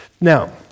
Now